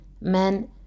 Men